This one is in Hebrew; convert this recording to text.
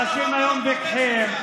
אנשים היום פיקחים.